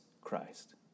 Christ